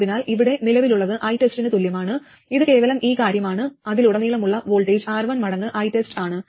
അതിനാൽ ഇവിടെ നിലവിലുള്ളത് ITEST ന് തുല്യമാണ് ഇത് കേവലം ഈ കാര്യമാണ് അതിലുടനീളമുള്ള വോൾട്ടേജ് R1 മടങ്ങ് ITEST ആണ്